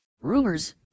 Rumors